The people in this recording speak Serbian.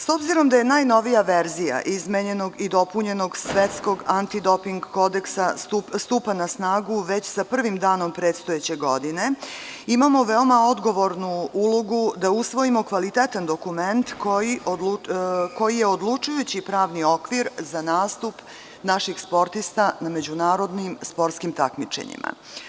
S obzirom da najnovija verzija izmenjenog i dopunjenog Antidoping kodeksa stupa na snagu već sa prvim danom predstojeće godine, imamo veoma odgovornu ulogu, da usvojimo kvalitetan dokument koji je odlučujući pravni okvir za nastup naših sportista na međunarodnim sportskim takmičenjima.